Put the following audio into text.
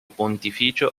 pontificio